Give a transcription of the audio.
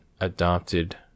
adopted